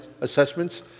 assessments